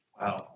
Wow